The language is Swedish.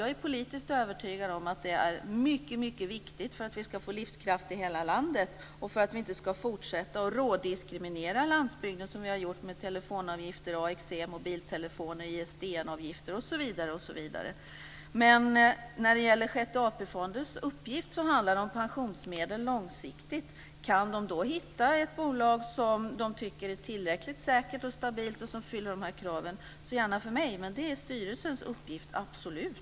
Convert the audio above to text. Jag är politiskt övertygad om att det är mycket viktigt för att vi ska få livskraft i hela landet och för att vi inte ska fortsätta att rådiskriminera landsbygden, som vi har gjort med telefonavgifter, AXE, mobiltelefoner, Men när det gäller Sjätte AP-fondens uppgift handlar det om pensionsmedel långsiktigt. Kan man hitta ett bolag som man tycker är tillräckligt säkert och stabilt och som fyller de här kraven, så gärna för mig. Men det är styrelsens uppgift, absolut.